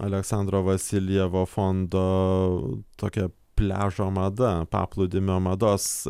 aleksandro vasiljevo fondo tokia pliažo mada paplūdimio mados